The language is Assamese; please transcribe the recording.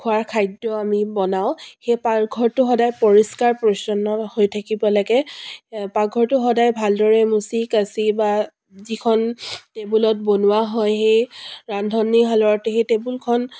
খোৱাৰ খাদ্য আমি বনাওঁ সেই পাকঘৰটো সদায় পৰিষ্কাৰ পৰিচ্ছন্ন হৈ থাকিব লাগে পাকঘৰটো সদায় ভালদৰে মুচি কাচি বা যিখন টেবুলত বনোৱা হয় সেই ৰান্ধনীশালৰ সেই টেবুলখন